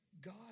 God